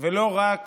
ולא רק